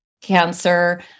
cancer